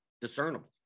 discernible